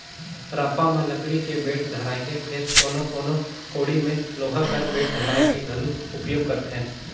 रापा म लकड़ी के बेठ धराएथे फेर कोनो कोनो कोड़ी मे लोहा कर बेठ धराए के घलो उपियोग करथे